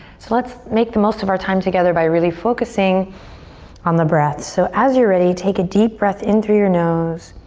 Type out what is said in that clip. so let's make the most of our time together by really focusing on the breath. so as you're ready take a deep breath in through your nose.